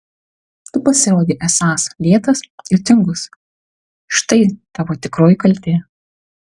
tu pasirodei esąs lėtas ir tingus štai tavo tikroji kaltė